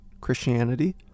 Christianity